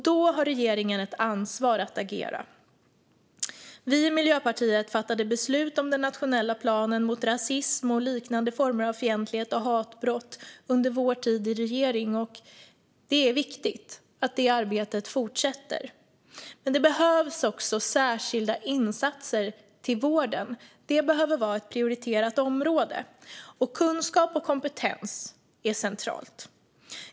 Då har regeringen ett ansvar att agera. Vi i Miljöpartiet fattade beslut om den nationella planen mot rasism och liknande former av fientlighet och hatbrott under vår tid i regeringen. Det är viktigt att det arbetet fortsätter, men det behövs också särskilda insatser till vården. Det behöver vara ett prioriterat område. Kunskap och kompetens är centralt.